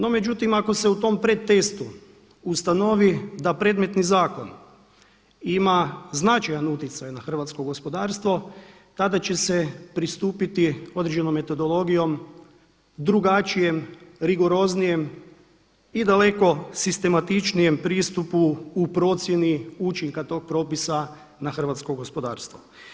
No međutim, ako se u tom predtestu ustanovi da predmetni zakon ima značajan utjecaj na hrvatsko gospodarstvo tada će se pristupiti određenom metodologijom drugačijem rigoroznijem i daleko sistematičnijem pristupu u procjeni učinka tog propisa na hrvatsko gospodarstvo.